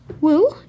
Woo